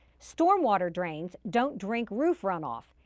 storm water drains don't drink roof runoff.